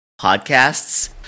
podcasts